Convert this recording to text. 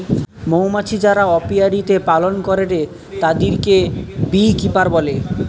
মৌমাছি যারা অপিয়ারীতে পালন করেটে তাদিরকে বী কিপার বলে